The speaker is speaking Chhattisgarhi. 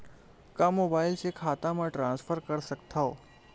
का मोबाइल से खाता म ट्रान्सफर कर सकथव?